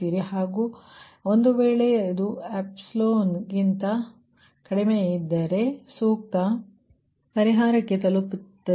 ಹಾಗಾಗಿ ಒಂದು ವೇಳೆ ಅದು ಎಪ್ಶಿಲೋನ್ ಗಿಂತ ಕಡಿಮೆಯಿದ್ದರೆ ಸೂಕ್ತ ಪರಿಹಾರಕ್ಕೆ ತಲುಪುತ್ತೇವೆ